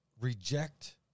reject